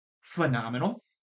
Phenomenal